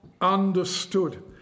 understood